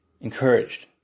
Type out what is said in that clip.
encouraged